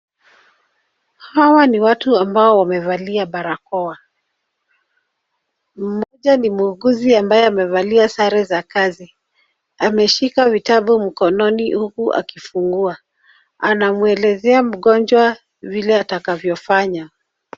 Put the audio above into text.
Hawa ni watu ambao wamevalia barakoa. Mmoja ni mwokozi ambaye amevalia sare za kazi. Ameshika vitabu mkononi huku akifungua, anamwelezea mgonjwa vile atakavyofanya.